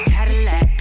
Cadillac